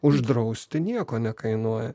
uždrausti nieko nekainuoja